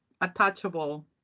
attachable